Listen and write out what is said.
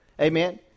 Amen